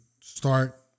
start